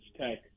Tech